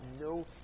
No